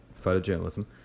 photojournalism